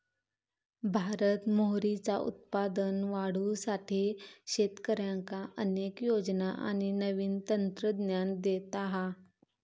भारत मोहरीचा उत्पादन वाढवुसाठी शेतकऱ्यांका अनेक योजना आणि नवीन तंत्रज्ञान देता हा